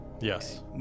Yes